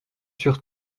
sur